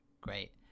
great